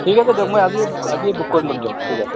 ঠিক আছে দিয়ক মই আজি ব আজিয়ে বুক কৰি ল'ম দিয়ক ঠিক আছে